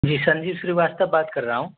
जी संजीव श्रीवास्तव बात कर रहा हूँ